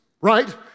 right